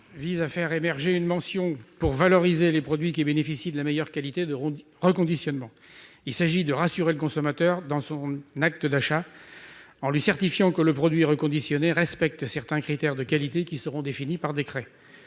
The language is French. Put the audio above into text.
vise à faire émerger une mention signalant les produits qui bénéficient de la meilleure qualité de reconditionnement, afin de les valoriser. Il s'agit de rassurer le consommateur lors de son acte d'achat, en lui certifiant que le produit reconditionné respecte certains critères de qualité qui seront définis par décret.